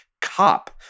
cop